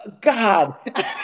God